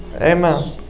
Amen